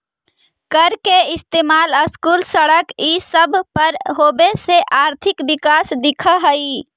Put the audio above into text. कर के इस्तेमाल स्कूल, सड़क ई सब पर होबे से आर्थिक विकास दिख हई